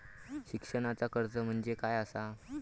शिक्षणाचा कर्ज म्हणजे काय असा?